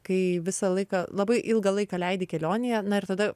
kai visą laiką labai ilgą laiką leidi kelionėje na ir tada